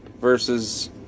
versus